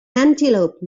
antelope